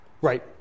Right